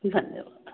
धन्यवाद